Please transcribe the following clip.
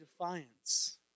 defiance